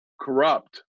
corrupt